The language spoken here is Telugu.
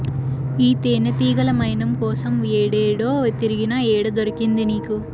ఈ తేనెతీగల మైనం కోసం ఏడేడో తిరిగినా, ఏడ దొరికింది నీకు